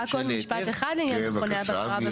רק עוד משפט אחר לעניין מכוני הבקרה.